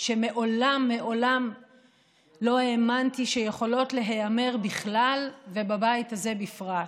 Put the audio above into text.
שמעולם מעולם לא האמנתי שיכולות להיאמר בכלל ובבית הזה בפרט.